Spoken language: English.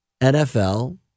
NFL